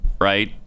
right